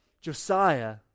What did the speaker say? Josiah